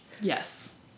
Yes